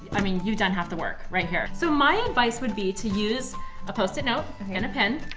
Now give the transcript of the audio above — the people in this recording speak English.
i mean you've done half the work right here. so my advice would be to use a post it note and a pen,